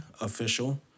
official